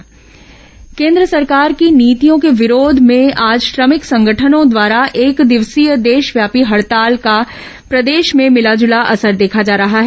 trade union हडताल केन्द्र सरकार की नीतियों के विरोध में आज श्रमिक संगठनों द्वारा एक दिवसीय देशव्यापी हड़ताल का प्रदेश में मिलाजूला असर देखा जा रहा है